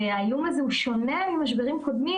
והאיום הזה הוא שונה ממשברים קודמים,